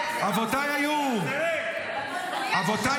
אתה לא